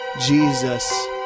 Jesus